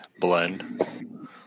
blend